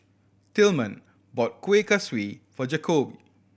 Tilman bought Kuih Kaswi for Jakobe